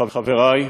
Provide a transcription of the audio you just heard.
חברי,